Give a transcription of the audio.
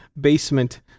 basement